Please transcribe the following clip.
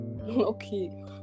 Okay